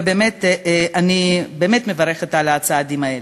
ואני באמת מברכת על הצעדים האלה.